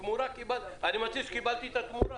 אני לא חושב שצריך את הסיפא,